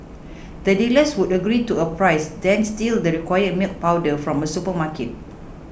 the dealers would agree to a price then steal the required milk powder from a supermarket